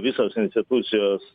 visos institucijos